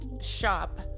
shop